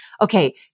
Okay